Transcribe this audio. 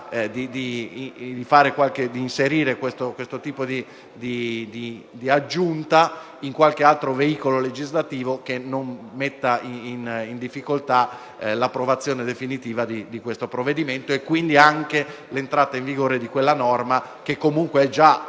di inserire questo tipo di aggiunta in qualche altro veicolo legislativo che non metta in difficoltà l'approvazione definitiva del provvedimento e quindi anche l'entrata in vigore di quella norma che comunque è già